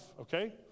okay